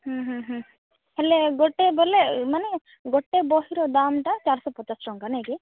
ହେଲେ ଗୋଟେ ବୋଲେ ମାନେ ଗୋଟେ ବହିର ଦାମ୍ଟା ଚାରି ଶହ ପଚାଶ ଟଙ୍କା ନାଇଁ କି